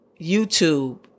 YouTube